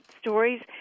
stories